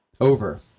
over